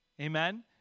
Amen